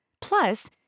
Plus